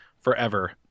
forever